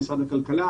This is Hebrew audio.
עם משרד הכלכלה,